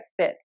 fit